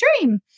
Dream